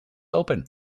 open